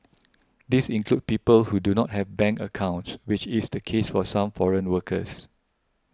these include people who do not have bank accounts which is the case for some foreign workers